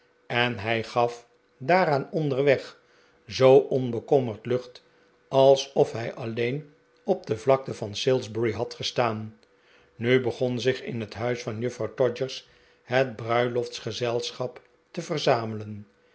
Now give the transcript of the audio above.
en hij gat daaraan onderweg zoo onbekommerd lucht alsof hij alleen op de vlakte van salisbury had gestaan nu begon zich in het huis van juffrouw todgers het bruiloftsgezelschap te verzamelen